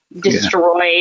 destroyed